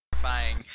terrifying